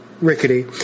rickety